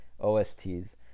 OSTs